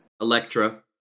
Electra